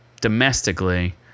domestically